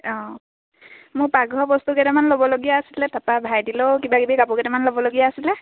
অঁ মোৰ পাকঘৰৰ বস্তু কেইটামান ল'বলগীয়া আছিলে তাৰপৰা ভাইটিলৈয়ো কিবাকিবি কাপোৰ কেইটামান ল'বলগীয়া আছিলে